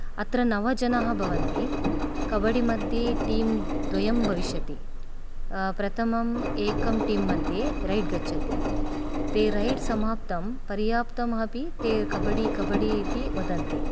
अत्र नव जनाः भवन्ति कबडि मध्ये टीं द्वयं भविष्यति प्रथमं एकं टीं मध्ये रैड् गच्छति ते रैड् समाप्तं पर्याप्तमपि ते कबडि कबडि इति वदन्ति